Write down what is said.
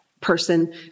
person